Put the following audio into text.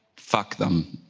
fuck them.